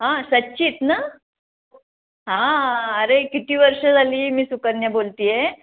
हां सच्चित ना हां अरे किती वर्षं झाली मी सुकन्या बोलते आहे